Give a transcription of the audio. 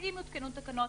ואם יותקנו תקנות.